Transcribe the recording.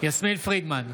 יסמין פרידמן,